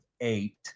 eight